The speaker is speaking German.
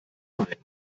main